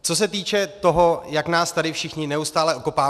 Co se týče toho, jak nás tady všichni neustále okopáváte.